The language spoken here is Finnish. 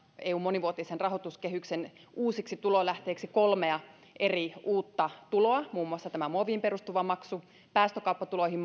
eun monivuotisen rahoituskehyksen uusiksi tulolähteiksi kolmea uutta tuloa muun muassa tätä muoviin perustuvaa maksua päästökauppatuloihin